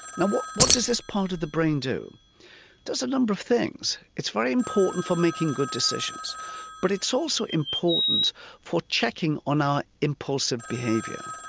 now what what does this part of the brain do? it does a number of things, it's very important for making good decisions but it's also important for checking on our impulsive behaviour.